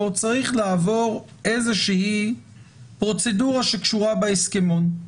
צריך לעבור איזה פרוצדורה שקשורה בהסכמון.